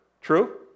True